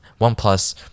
OnePlus